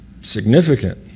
Significant